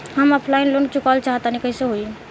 हम offline loan चुकावल चाहऽ तनि कइसे होई?